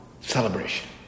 celebration